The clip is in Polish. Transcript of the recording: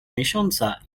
miesiąca